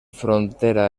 frontera